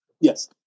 Yes